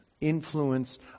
influence